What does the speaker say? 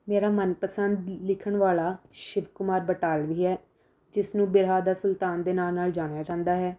ਮੇਰਾ ਮਨਪਸੰਦ ਲਿਖਣ ਵਾਲਾ ਸ਼ਿਵ ਕੁਮਾਰ ਬਟਾਲਵੀ ਹੈ ਜਿਸਨੂੰ ਬਿਰਹਾ ਦਾ ਸੁਲਤਾਨ ਦੇ ਨਾਮ ਨਾਲ ਜਾਣਿਆ ਜਾਂਦਾ ਹੈ